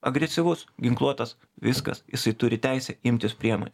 agresyvus ginkluotas viskas jisai turi teisę imtis priemonių